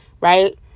Right